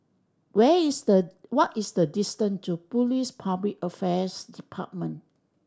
where is the what is the distance to Police Public Affairs Department